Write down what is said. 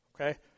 Okay